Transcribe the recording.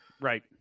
Right